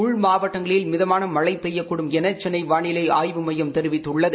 உள் மாவட்டங்களில் மிதமான மழை பெய்யக்கூடும் என சென்னை வாளிலை ஆய்வு மையம் தெரிவித்தள்ளது